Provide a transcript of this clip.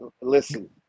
listen